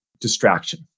distraction